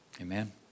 Amen